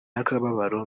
y’akababaro